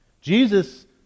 Jesus